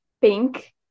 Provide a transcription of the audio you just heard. pink